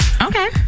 Okay